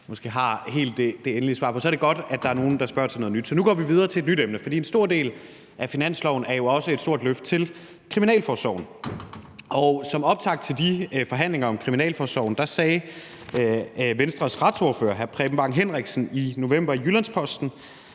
rigtig har det endelige svar på, at det er godt, at der er nogle andre, der spørger til noget nyt, så nu går vi videre til et nyt emne. En stor del af finansloven er jo også et stort løft af kriminalforsorgen, og som optakt til de forhandlinger om kriminalforsorgen sagde Venstres retsordfører, hr. Preben Bang Henriksen, i november i Jyllands-Posten,